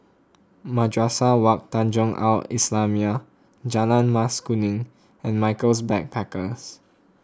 Madrasah Wak Tanjong Al Islamiah Jalan Mas Kuning and Michaels Backpackers